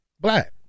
Black